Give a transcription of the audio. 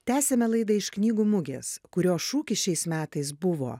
tęsiame laidą iš knygų mugės kurios šūkis šiais metais buvo